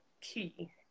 key